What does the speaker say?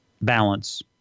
Balance